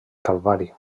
calvari